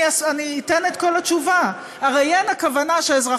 אני אתן את כל התשובה: הרי אין הכוונה שאזרחי